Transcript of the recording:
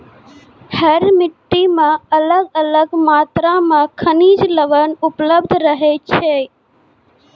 हर मिट्टी मॅ अलग अलग मात्रा मॅ खनिज लवण उपलब्ध रहै छै